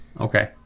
Okay